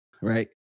right